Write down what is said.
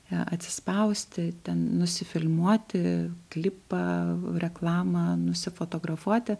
ją atsispausti ten nusifilmuoti klipą reklamą nusifotografuoti